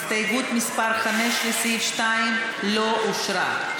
הסתייגות מס' 5, לסעיף 2, לא אושרה.